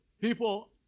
people